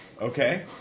Okay